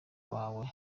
bawe